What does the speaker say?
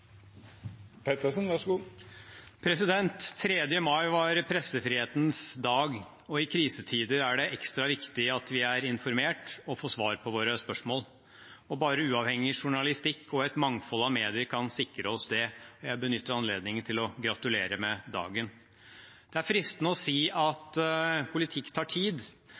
ekstra viktig at vi er informert og får svar på våre spørsmål. Bare uavhengig journalistikk og et mangfold av medier kan sikre oss det. Jeg benytter anledningen til å gratulere med dagen. Det er fristende å si at politikk tar tid.